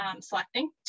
selecting